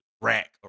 rack